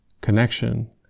Connection